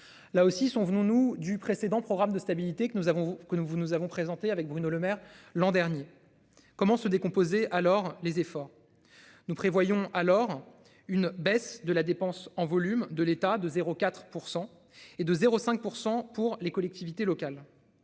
Là aussi sont venus nous du précédent programme de stabilité que nous avons, que nous vous. Nous avons présenté avec Bruno Lemaire l'an dernier. Comment se décomposer alors les efforts. Nous prévoyons alors une baisse de la dépense en volume de l'État de 04% et de 0 5 % pour les collectivités locales.